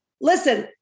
listen